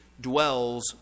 dwells